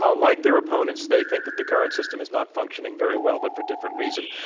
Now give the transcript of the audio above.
ah like their opponents, they think that the current system is not functioning very well, but for different reason.